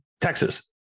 Texas